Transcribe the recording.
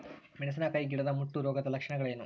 ಮೆಣಸಿನಕಾಯಿ ಗಿಡದ ಮುಟ್ಟು ರೋಗದ ಲಕ್ಷಣಗಳೇನು?